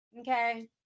okay